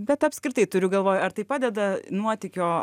bet apskritai turiu galvoj ar tai padeda nuotykio